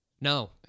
no